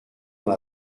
dans